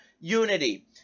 Unity